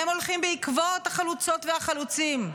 הם הולכים בעקבות החלוצות והחלוצים.